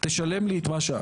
תשלם לי את השאר.